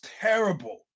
terrible